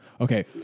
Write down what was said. okay